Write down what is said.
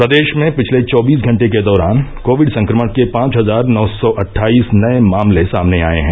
प्रदेश में पिछले चौबीस घंटे के दौरान कोविड संक्रमण के पांच हजार नौ सौ अट्ठाइस नये मामले सामने आये हैं